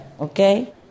okay